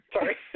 Sorry